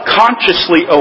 consciously